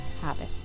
habit